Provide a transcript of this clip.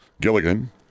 Gilligan